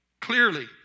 clearly